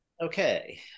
okay